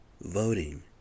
voting